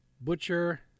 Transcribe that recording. Butcher